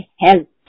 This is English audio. health